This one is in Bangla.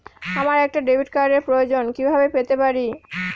আমার একটা ডেবিট কার্ডের প্রয়োজন কিভাবে পেতে পারি?